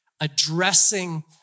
addressing